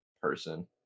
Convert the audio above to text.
person